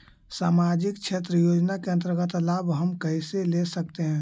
समाजिक क्षेत्र योजना के अंतर्गत लाभ हम कैसे ले सकतें हैं?